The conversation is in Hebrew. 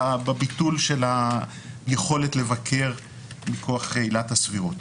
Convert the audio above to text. בביטול של היכולת לבקר מכוח עילת הסבירות.